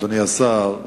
אדוני השר: